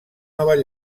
nova